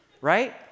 right